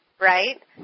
Right